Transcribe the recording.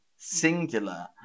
singular